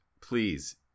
please